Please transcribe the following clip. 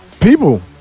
People